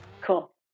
Cool